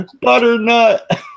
Butternut